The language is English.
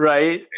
Right